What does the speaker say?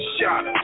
shot